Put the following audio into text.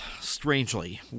strangely